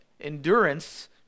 Endurance